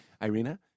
Irina